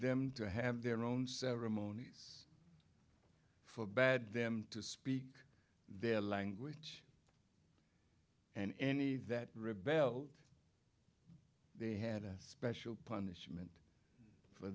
them to have their own ceremonies for bad them to speak their language and any that rebel they had us pressure punishment for